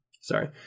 sorry